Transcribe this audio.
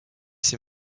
ses